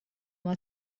mal